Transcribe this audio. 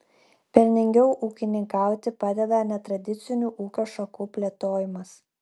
pelningiau ūkininkauti padeda netradicinių ūkio šakų plėtojimas